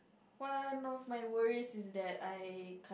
one of my worries is that I